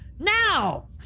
Now